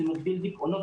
זה מגדיל דיכאונות.